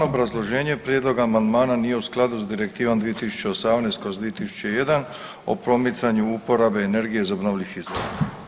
Obrazloženje, prijedlog amandmana nije u skladu s Direktivom 2018/2001 o promicanju uporabe energije iz obnovljivih izvora.